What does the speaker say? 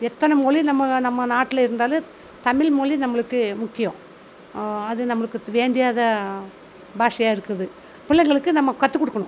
எத்தனை மொழி நம்ம நம்ம நாட்டில் இருந்தாலும் தமிழ்மொழி நம்மளுக்கு முக்கியம் அது நம்பளுக்கு வேண்டியதாக பாஷையாக இருக்குது பிள்ளைங்களுக்கு நம்ம கற்று கொடுக்கணும்